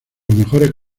mejores